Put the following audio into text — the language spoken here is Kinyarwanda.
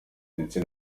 ndetse